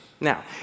Now